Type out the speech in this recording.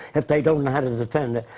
if they don't know to defend